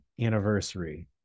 anniversary